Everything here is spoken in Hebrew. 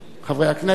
חברי הכנסת,